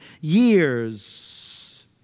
years